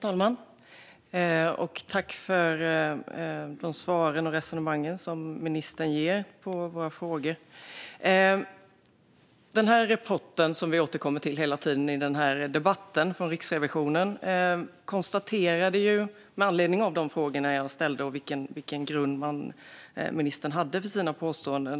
Herr talman! Tack för svaren på våra frågor som ministern ger och resonemangen. Vi återkommer hela tiden i debatten till rapporten från Riksrevisionen. Det är med anledning av de frågor jag ställde om vilken grund som ministern hade för sina påståenden.